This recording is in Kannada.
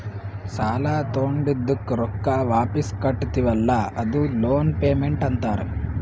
ಸಾಲಾ ತೊಂಡಿದ್ದುಕ್ ರೊಕ್ಕಾ ವಾಪಿಸ್ ಕಟ್ಟತಿವಿ ಅಲ್ಲಾ ಅದೂ ಲೋನ್ ಪೇಮೆಂಟ್ ಅಂತಾರ್